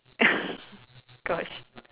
gosh